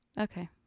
Okay